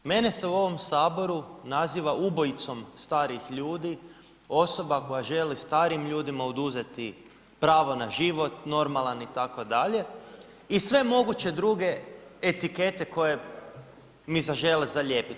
Mene se u ovom Saboru naziva ubojicom starih ljudi, osoba koja želi starim ljudima oduzeti pravo na život normalan itd. i sve moguće druge etikete koje mi zažele zalijepiti.